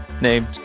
named